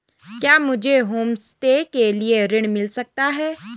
क्या मुझे होमस्टे के लिए ऋण मिल सकता है?